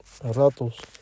ratos